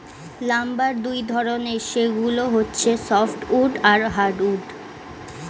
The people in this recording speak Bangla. লাম্বার দুই ধরনের, সেগুলো হচ্ছে সফ্ট উড আর হার্ড উড